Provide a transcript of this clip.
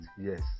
Yes